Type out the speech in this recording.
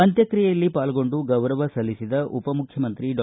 ಅಂತ್ಯಕ್ಷಿಯೆಯಲ್ಲಿ ಪಾಲ್ಗೊಂಡು ಗೌರವ ಸಲ್ಲಿಸಿದ ಉಪಮುಖ್ಚಮಂತ್ರಿ ಡಾ